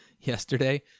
yesterday